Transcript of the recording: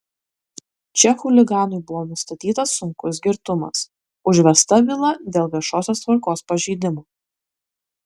čia chuliganui buvo nustatytas sunkus girtumas užvesta byla dėl viešosios tvarkos pažeidimo